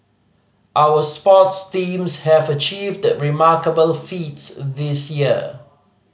our sports teams have achieved remarkable feats this year